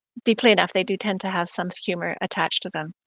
deeply enough they do tend to have some humor attached to them,